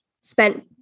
spent